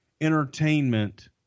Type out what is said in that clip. entertainment